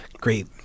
great –